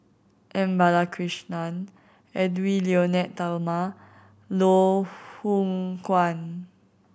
M Balakrishnan Edwy Lyonet Talma Loh Hoong Kwan